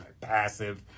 passive